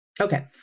Okay